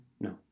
no